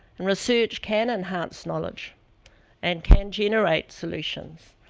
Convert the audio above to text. and research can enhance knowledge and can generate solutions,